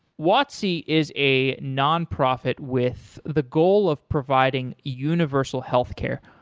watsi is a nonprofit with the goal of providing universal healthcare.